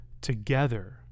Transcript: together